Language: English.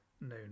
known